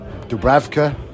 Dubravka